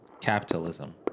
Capitalism